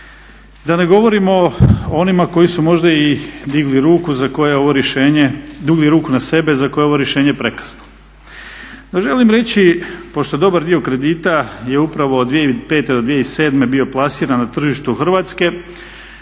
da ne govorimo koji su možda i digli ruku na sebe za koje ovo rješenje prekasno. No želim reći pošto je dobar dio kredita upravo od 2005.do 2007.bio plasiran na tržištu Hrvatske